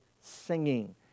singing